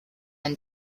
and